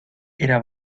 era